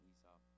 Esau